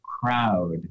crowd